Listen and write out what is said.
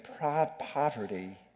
poverty